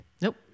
Nope